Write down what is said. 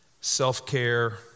self-care